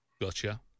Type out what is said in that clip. Gotcha